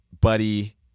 buddy